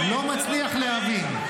-- לא מצליח להבין.